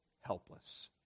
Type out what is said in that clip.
helpless